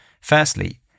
Firstly